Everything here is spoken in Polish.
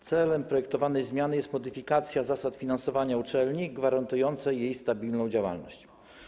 Celem projektowanej zmiany jest modyfikacja zasad finansowania uczelni gwarantująca jej stabilną działalność.